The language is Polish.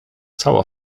cała